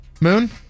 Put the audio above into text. Moon